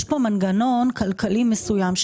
יש פה מנגנון כלכלי מסוים,